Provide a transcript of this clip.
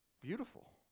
beautiful